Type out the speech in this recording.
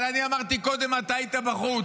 אבל אני אמרתי קודם ואתה היית בחוץ: